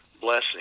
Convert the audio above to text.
blessing